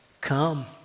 come